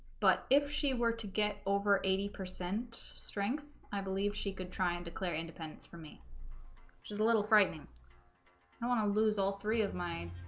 but if she were to get over eighty percent strength i believe she could try and declare independence for me little frightening i don't want to lose all three of my